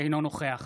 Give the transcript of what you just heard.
אינו נוכח